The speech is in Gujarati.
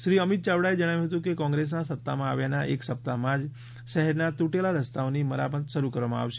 શ્રી અમિત ચાવડાએ જણાવ્યું હતું કે કોંગ્રેસના સત્તામાં આવ્યાના એક સપ્તાહમાં જ શહેરના તૂટેલા રસ્તાઓની મરામત્ત શરૂ કરવામાં આવશે